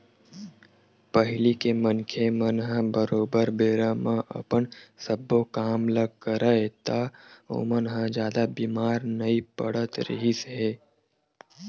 पहिली के मनखे मन ह बरोबर बेरा म अपन सब्बो काम ल करय ता ओमन ह जादा बीमार नइ पड़त रिहिस हे